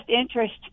interest